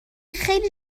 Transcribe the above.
خیلی